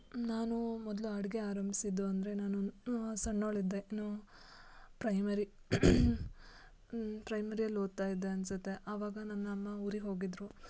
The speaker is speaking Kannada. ನಾನು ಮೊದಲು ಅಡುಗೆ ಆರಂಭಿಸಿದ್ದು ಅಂದರೆ ನಾನು ಸಣ್ಣೋಳು ಇದ್ದೆ ಇನ್ನೂ ಪ್ರೈಮರಿ ಪ್ರೈಮರಿಯಲ್ಲಿ ಓದ್ತಾ ಇದ್ದೆ ಅನಿಸುತ್ತೆ ಅವಾಗ ನನ್ನಅಮ್ಮ ಊರಿಗೆ ಹೋಗಿದ್ದರು